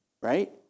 right